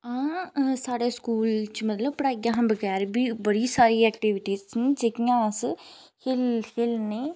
आं साढ़े स्कूल च मतलब पढ़ाइयै शा बगैर बी बड़ी सारी एक्टिविटी न जेह्कियां अस खेल खेल्लने